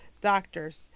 doctors